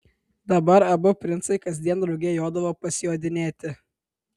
dabar abu princai kasdien drauge jodavo pasijodinėti